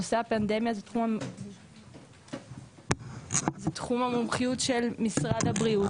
נושא הפנדמיה הוא תחום המומחיות של משרד הבריאות